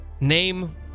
Name